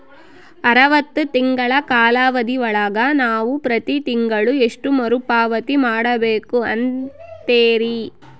ಅರವತ್ತು ತಿಂಗಳ ಕಾಲಾವಧಿ ಒಳಗ ನಾವು ಪ್ರತಿ ತಿಂಗಳು ಎಷ್ಟು ಮರುಪಾವತಿ ಮಾಡಬೇಕು ಅಂತೇರಿ?